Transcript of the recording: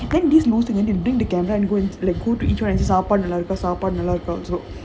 then this bring the camera and go into like like go to each one and சாப்பாடு நல்லா இருக்கும்:saapaadu nallaa irukum also